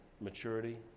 maturity